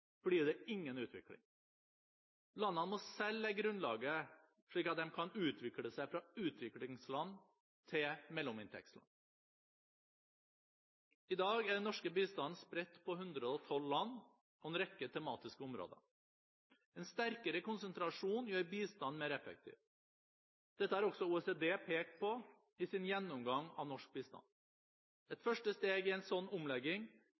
det ingen utvikling. Landene må selv legge grunnlaget, slik at de kan utvikle seg fra utviklingsland til mellominntektsland. I dag er den norske bistanden spredt på 112 land og en rekke tematiske områder. En sterkere konsentrasjon gjør bistanden mer effektiv. Dette har også OECD pekt på i sin gjennomgang av norsk bistand. Et første steg i en slik omlegging